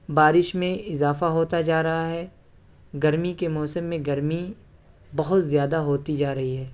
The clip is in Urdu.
بارش میں اضافہ ہوتا جا رہا ہے گرمی کے موسم میں گرمی بہت زیادہ ہوتی جا رہی ہے